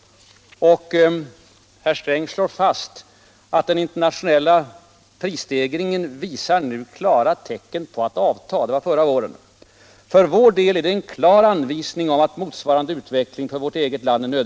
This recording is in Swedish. Herr Sträng slår fast: ”Den internationella prisstegringen visar nu klara tecken på att avta.” — Det var förra året. — ”För vår del är det en klar anvisning om en motsvarande utveckling för vårt eget land.